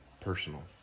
personal